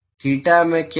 theta मैं क्या है